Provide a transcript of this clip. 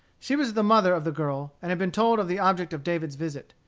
she was the mother of the girl, and had been told of the object of david's visit.